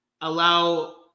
allow